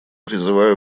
призываю